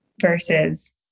versus